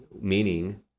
meaning